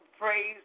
praise